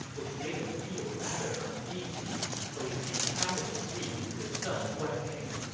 which made him feel rather uneasy, so he recounted the dream to his son guan ping